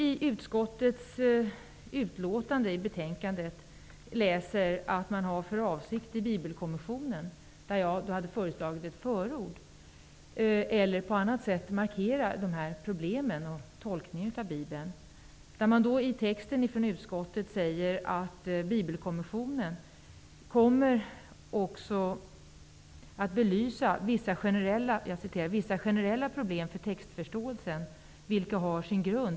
I utskottsbetänkandet står att man har för avsikt att i Bibelkommissionen belysa vissa generella problem för textförståelsen, vilka har sin grund i bl.a. en annan kulturs människosyn. Jag har föreslagit ett förord eller att man på annat sätt skall markera dessa problem när det gäller tolkningen av Bibeln.